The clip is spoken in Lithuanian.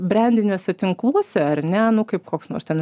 brendiniuose tinkluose ar ne nu kaip koks nors ten